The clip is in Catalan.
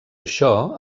això